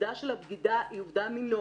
והעובדה של הבגידה היא עובדה מינורית,